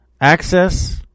Access